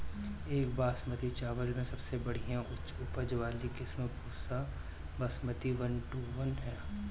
एक बासमती चावल में सबसे बढ़िया उच्च उपज वाली किस्म Pusa Basmati one one two one ह?